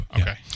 Okay